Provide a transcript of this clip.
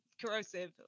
corrosive